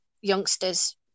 youngsters